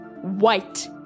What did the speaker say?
white